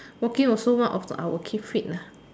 walking also one of the our keep fit lah